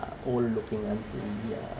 uh old looking auntie ya